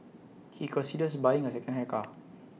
he considers buying A secondhand car